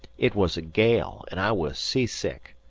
it was a gale, and i was seasick.